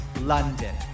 London